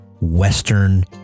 Western